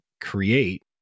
create